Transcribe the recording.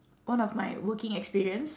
one of my working experience